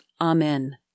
amen